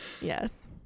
yes